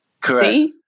Correct